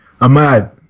Ahmad